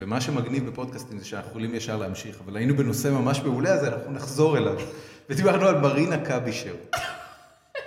ומה שמגניב בפודקאסטים זה שאנחנו יכולים ישר להמשיך, אבל היינו בנושא ממש מעולה הזה, אז אנחנו נחזור אליו. ודיברנו על מרינה קאבישר.